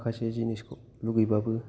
माखासे जिनिसखौ लुगैबाबो